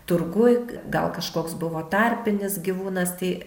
turguj gal kažkoks buvo tarpinis gyvūnas tai